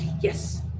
Yes